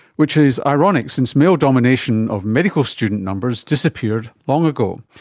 which is ironic since male domination of medical student numbers disappeared long ago.